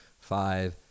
five